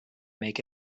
make